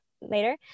later